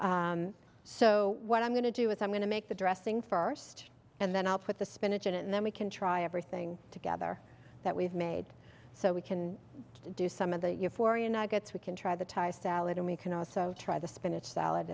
dense so what i'm going to do with i'm going to make the dressing first and then i'll put the spinach in it and then we can try everything together that we've made so we can do some of the euphoria and i guess we can try the thai salad and we can also try the spinach salad